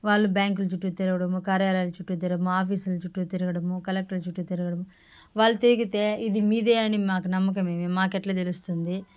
వాళ్ళు బ్యాంకుల చుట్టు తిరగడం కార్యాలయాల చుట్టు తిరగడం మా ఆఫీసుల చుట్టు తిరగడం కలెక్టర్ చుట్టు తిరగడం వాళ్ళు తిరిగితే ఇదే మీదే అని మాకు నమ్మకం ఏమి మాకు ఎట్ల తెలుస్తుంది